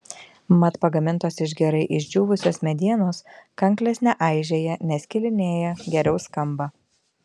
mat pagamintos iš gerai išdžiūvusios medienos kanklės neaižėja neskilinėja geriau skamba